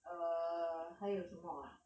err 还有什么 ah